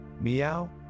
meow